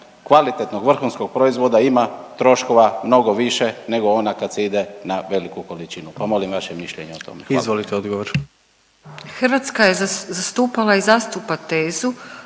kvalitetnog vrhunskog proizvoda ima troškova mnogo više nego ona kad se ide na veliku količinu pa molim vaše mišljenje o tome. Hvala. **Jandroković, Gordan (HDZ)** Izvolite